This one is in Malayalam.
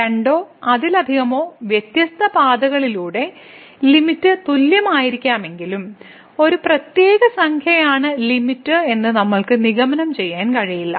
രണ്ടോ അതിലധികമോ വ്യത്യസ്ത പാതകളിലൂടെ ലിമിറ്റ് തുല്യമായിരിക്കാമെങ്കിലും ആ പ്രത്യേക സംഖ്യയാണ് ലിമിറ്റ് എന്ന് നമ്മൾക്ക് നിഗമനം ചെയ്യാൻ കഴിയില്ല